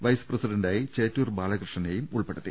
vice പ്രസിഡന്റായി ചേറ്റൂർ ബാലകൃഷ്ണ നെയും ഉൾപ്പെടുത്തി